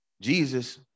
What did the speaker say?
Jesus